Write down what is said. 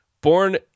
born